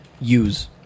use